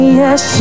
yes